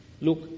look